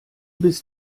bist